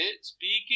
speaking